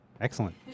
excellent